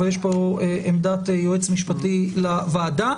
אבל יש פה עמדת יועץ משפטי לוועדה.